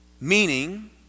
meaning